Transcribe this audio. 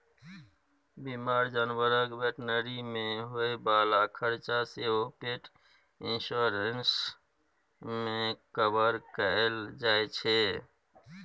बीमार जानबरक भेटनरी मे होइ बला खरचा सेहो पेट इन्स्योरेन्स मे कवर कएल जाइ छै